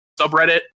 subreddit